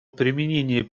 применении